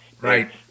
Right